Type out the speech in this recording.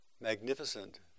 magnificent